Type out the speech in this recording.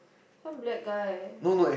some black guy